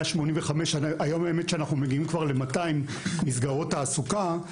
200 מסגרות תעסוקה,